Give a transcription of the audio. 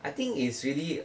I think it's really